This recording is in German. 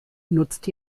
nutzt